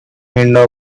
window